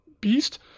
Beast